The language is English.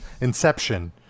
Inception